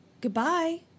Goodbye